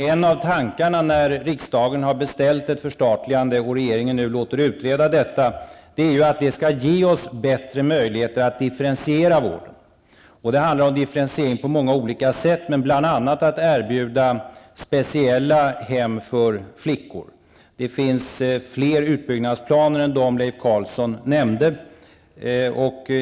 En av tankarna när riksdagen har beställt ett förstatligande och regeringen låter utreda det, är att det skall ge oss bättre möjligheter att differentiera vården. Det handlar om differentiering på många olika sätt. Bl.a. är det att erbjuda speciella hem för flickor. Det finns fler utbyggnadsplaner än de Leif Carlson nämnde.